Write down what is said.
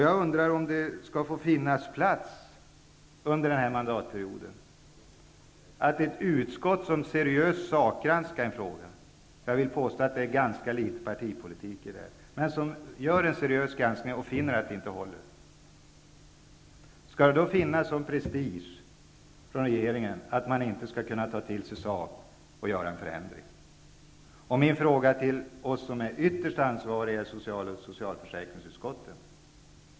Jag undrar om det under denna mandatperiod finns utrymme för att ett utskott som seriöst sakgranskar en fråga -- jag vill påstå att det ligger ganska litet partipolitik i det här -- finner att det inte håller. Har regeringen då en sådan prestige att man inte skall kunna ta till sig sakargument och genomföra en förändring? Jag har en fråga till oss som är ytterst ansvariga i social och socialförsäkringsutskottet.